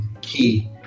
key